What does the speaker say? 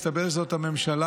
מסתבר שזאת ממשלה,